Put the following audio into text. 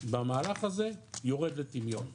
במהלך הזה יורד לטמיון ונעלם.